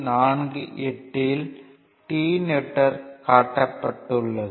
48 யில் T network காட்டப்பட்டுள்ளது